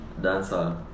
Dancer